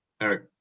eric